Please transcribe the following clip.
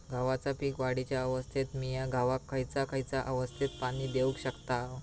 गव्हाच्या पीक वाढीच्या अवस्थेत मिया गव्हाक खैयचा खैयचा अवस्थेत पाणी देउक शकताव?